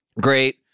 Great